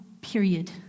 period